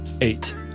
Eight